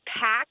packed